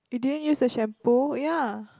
you didn't use the shampoo ya